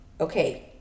okay